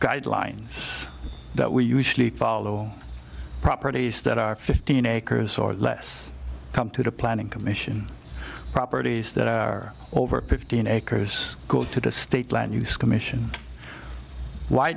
guidelines that we usually follow properties that are fifteen acres or less come to the planning commission properties that are over fifteen acres to the state land use commission why